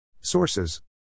Sources